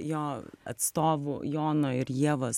jo atstovų jono ir ievos